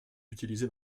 utilisé